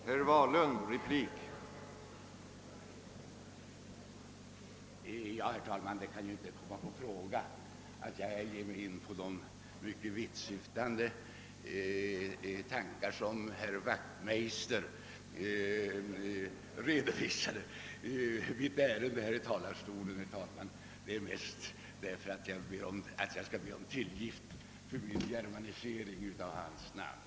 Herr talman! Det kan ju inte komma i fråga att jag ger mig in på de mycket vittsyftande tankar som herr Wachtmeister redovisade. Mitt ärende här i talarstolen är endast att be om tillgift för min germanisering av hans namn.